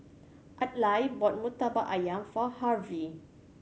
Adlai bought Murtabak Ayam for Harvey